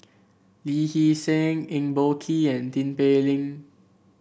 Lee Hee Seng Eng Boh Kee and Tin Pei Ling